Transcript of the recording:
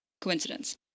Coincidence